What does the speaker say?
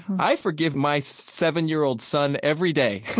i forgive my seven-year-old son every day,